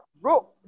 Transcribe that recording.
bro